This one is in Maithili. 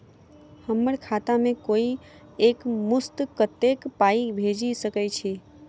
हम्मर खाता मे कोइ एक मुस्त कत्तेक पाई भेजि सकय छई?